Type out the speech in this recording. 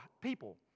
people